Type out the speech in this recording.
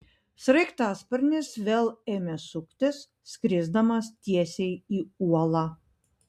sraigtasparnis vėl ėmė suktis skrisdamas tiesiai į uolą